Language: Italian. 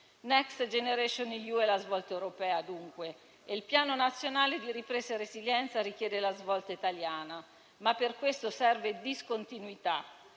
Next generation EU è dunque la svolta europea e il Piano nazionale di ripresa e resilienza richiede la svolta italiana, ma per questo serve una discontinuità